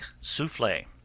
souffle